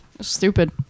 stupid